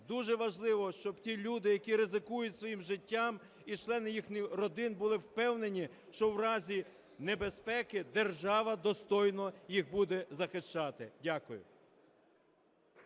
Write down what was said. Дуже важливо, щоб ті люди, які ризикують своїм життям, і члени їх родин були впевнені, що в разі небезпеки держава достойно їх буде захищати. Дякую.